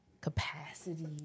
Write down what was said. capacity